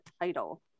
title